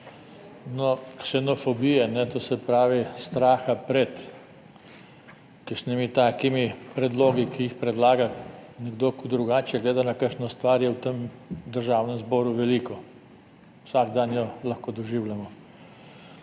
Ksenofobije, to se pravi straha pred kakšnimi takimi predlogi, ki jih predlaga nekdo, ki drugače gleda na kakšno stvar, je v tem Državnem zboru veliko, vsak dan jo lahko doživljamo.